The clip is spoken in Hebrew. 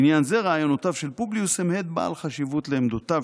בעניין זה רעיונותיו של פובליוס הם הד בעל חשיבות לעמדותיו